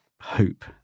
hope